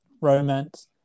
romance